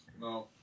No